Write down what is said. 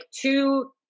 two